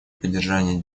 поддержания